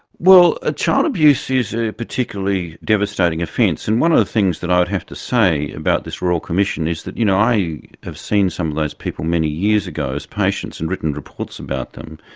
well, ah child abuse is a particularly devastating offence, and one of the things that i'd have to say about this royal commission is that you know i have seen some of those people many years ago as patients and written reports about them,